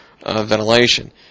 ventilation